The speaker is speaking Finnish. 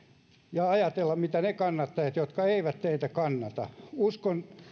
ja ajatella mitä ajattelevat ne kannattajat jotka eivät teitä kannata uskon